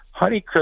Honeycrisp